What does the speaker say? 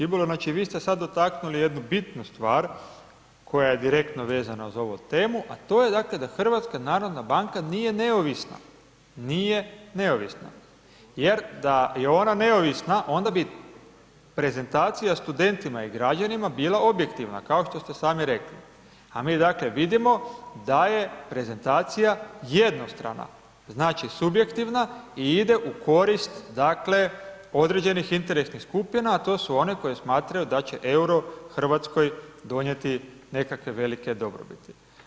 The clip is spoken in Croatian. Hvala lijepa zastupniče Škibola, vi ste sad dotaknuli jednu bitnu stvar koja je direktno vezana za ovu temu, a to je, dakle, da HNB nije neovisna, nije neovisna jer da je ona neovisna onda bi prezentacija studentima i građanima bila objektivna kao što ste sami rekli, a mi, dakle, vidimo da je prezentacija jednostrana, znači, subjektivna i ide u korist, dakle, određenih interesnih skupina, a to su one koje smatraju da će EUR-o RH donijeti nekakve velike dobrobiti.